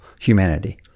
humanity